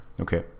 Okay